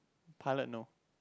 pilot no